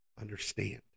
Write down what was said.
understand